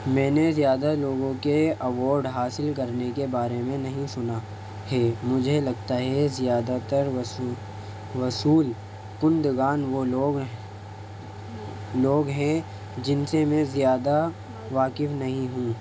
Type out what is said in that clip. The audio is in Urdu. میں نے زیادہ لوگوں کے اوارڈ حاصل کرنے کے بارے میں نہیں سنا ہے مجھے لگتا ہے زیادہ تر وصول کندگان وہ لوگ لوگ ہیں جن سے میں زیادہ واقف نہیں ہوں